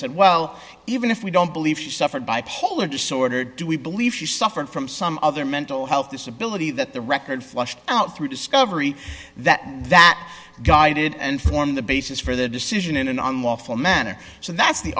said well even if we don't believe she suffered bipolar disorder do we believe she suffered from some other mental health disability that the record flushed out through discovery that that guided and formed the basis for the decision in an unlawful manner so that's the